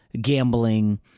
gambling